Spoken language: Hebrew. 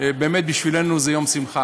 באמת, בשבילנו זה יום שמחה.